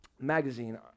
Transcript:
magazine